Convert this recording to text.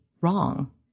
wrong